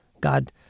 God